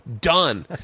done